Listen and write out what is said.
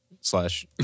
slash